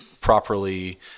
properly